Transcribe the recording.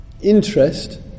interest